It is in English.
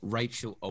rachel